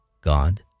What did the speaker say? God